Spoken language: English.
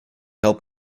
help